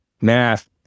math